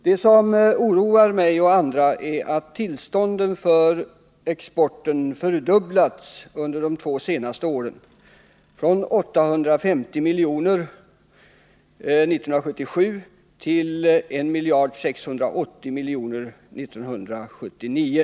Det som oroar mig och andra är att tillstånden för krigsmaterielexporten har fördubblats under de två senaste åren, från 815 milj.kr. 1977 till 1 680 milj.kr. 1979.